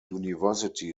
university